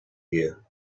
gear